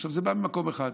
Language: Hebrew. עכשיו, זה בא ממקום אחד: